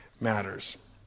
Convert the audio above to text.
matters